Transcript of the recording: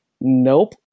nope